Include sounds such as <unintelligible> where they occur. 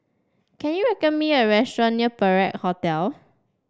can you <unintelligible> me a restaurant near Perak Hotel